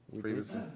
previously